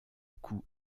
coup